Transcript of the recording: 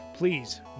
Please